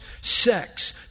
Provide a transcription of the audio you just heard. sex